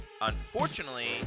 Unfortunately